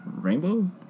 Rainbow